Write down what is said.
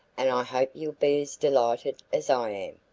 and i hope you'll be as delighted as i am.